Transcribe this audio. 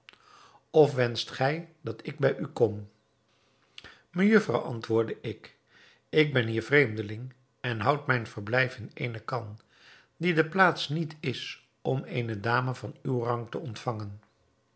of wenscht gij dat ik bij u kom mejufvrouw antwoordde ik ik ben hier vreemdeling en houd mijn verblijf in eene khan die de plaats niet is om eene dame van uwen rang te ontvangen